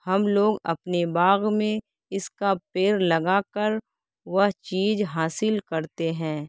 ہم لوگ اپنے باغ میں اس کا پیر لگا کر وہ چیز حاصل کرتے ہیں